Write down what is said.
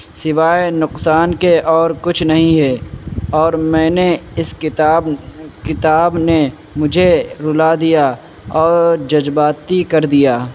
سوائے نقصان کے اور کچھ نہیں ہے اور میں نے اس کتاب کتاب نے مجھے رلا دیا اور جذباتی کر دیا